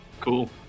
cool